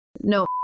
No